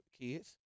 kids